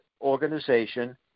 organization